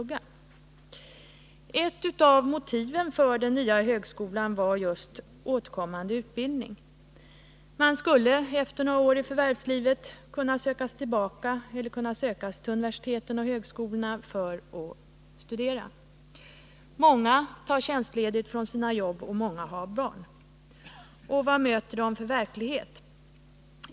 Ett av motiven för den nya högskolan var återkommande utbildning. Man skulle efter några år i förvärvslivet kunna söka sig till universiteten och högskolorna för att studera. Många tar tjänstledigt från sina jobb, och många har barn. Och vad möter de för verklighet?